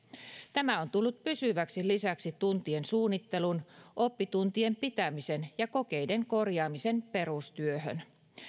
tämä on tullut pysyväksi lisäksi tuntien suunnittelun oppituntien pitämisen ja kokeiden korjaamisen perustyöhön